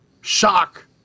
Shock